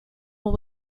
will